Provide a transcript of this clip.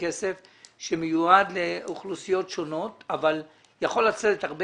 הכלכלה שמיועד לאוכלוסיות שונות אבל יכול לצאת הרבה